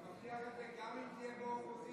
אתה מבטיח את זה גם אם תהיה באופוזיציה?